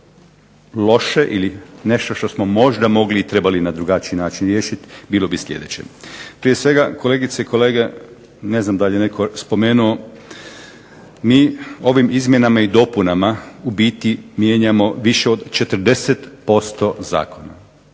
kao loše ili nešto što možda mogli i trebali na drugačiji način riješiti, bilo bi sljedeće. Prije svega, kolegice i kolege, ne znam da li je netko spomenuo, mislim ovim izmjenama i dopunama u biti mijenjamo više od 40% zakona,